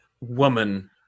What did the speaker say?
woman